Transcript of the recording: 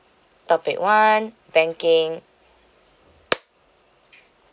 topic one banking